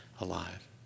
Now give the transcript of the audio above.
alive